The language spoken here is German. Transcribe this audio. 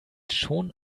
schon